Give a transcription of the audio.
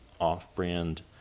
off-brand